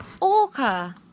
Orca